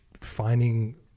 finding